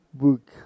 book